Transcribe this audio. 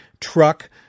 truck